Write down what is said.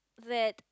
that